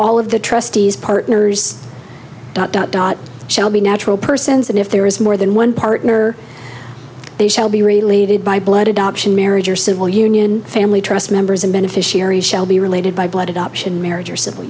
all of the trustees partners dot dot dot shall be natural persons and if there is more than one partner they shall be related by blood adoption marriage or civil union family trust members and beneficiaries shall be related by blood adoption marriage or civil